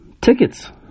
Tickets